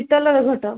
ପିତଲ ର ଘଟ